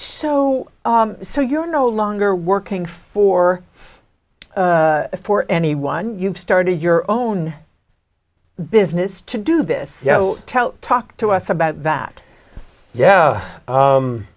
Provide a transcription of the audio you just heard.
so so you're no longer working for for anyone you've started your own business to do this you know talk to us about that yeah